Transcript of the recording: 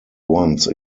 once